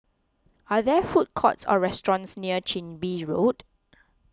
are there food courts or restaurants near Chin Bee Road